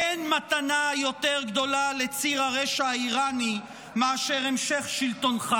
אין מתנה יותר גדולה לציר הרשע האיראני מאשר המשך שלטונך,